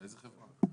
איזה חברה?